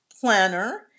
planner